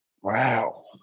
Wow